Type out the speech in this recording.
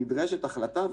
נדרשת החלטה,